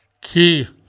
key